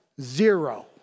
Zero